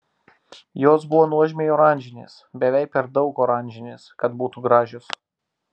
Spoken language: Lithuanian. jos buvo nuožmiai oranžinės beveik per daug oranžinės kad būtų gražios